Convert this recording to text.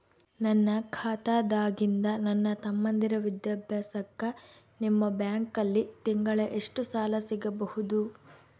ನನ್ನ ಖಾತಾದಾಗಿಂದ ನನ್ನ ತಮ್ಮಂದಿರ ವಿದ್ಯಾಭ್ಯಾಸಕ್ಕ ನಿಮ್ಮ ಬ್ಯಾಂಕಲ್ಲಿ ತಿಂಗಳ ಎಷ್ಟು ಸಾಲ ಸಿಗಬಹುದು?